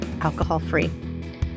alcohol-free